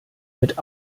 mit